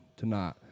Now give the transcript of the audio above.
tonight